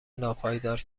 ناپایدار